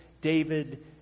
David